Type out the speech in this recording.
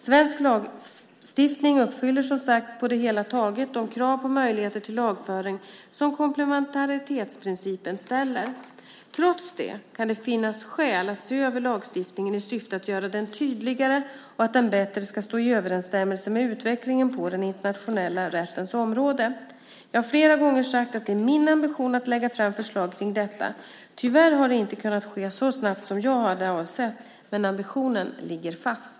Svensk lagstiftning uppfyller som sagt på det hela taget de krav på möjligheter till lagföring som komplementaritetsprincipen ställer. Trots det kan det finnas skäl att se över lagstiftningen i syfte att göra den tydligare och för att den bättre ska stå i överensstämmelse med utvecklingen på den internationella rättens område. Jag har flera gånger sagt att det är min ambition att lägga fram förslag kring detta. Tyvärr har det inte kunnat ske så snabbt som jag hade avsett. Men ambitionen ligger fast.